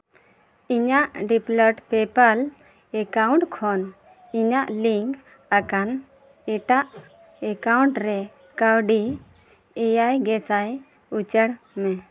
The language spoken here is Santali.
ᱤᱧᱟᱹᱜ ᱰᱤᱯᱷᱞᱚᱴ ᱯᱮᱯᱟᱞ ᱮᱠᱟᱣᱩᱱᱴ ᱠᱷᱚᱱ ᱤᱧᱟᱹᱜ ᱞᱤᱝᱠ ᱟᱠᱟᱱ ᱮᱴᱟᱜ ᱮᱠᱟᱣᱩᱱᱴ ᱨᱮ ᱠᱟᱹᱣᱰᱤ ᱮᱭᱟᱭ ᱜᱮᱥᱟᱭ ᱩᱪᱟᱹᱲ ᱢᱮ